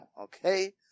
okay